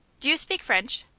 do you speak french?